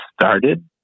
started